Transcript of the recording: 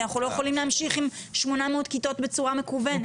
כי אנחנו לא יכולים להמשיך עם 800 כיתות בצורה מכוונת.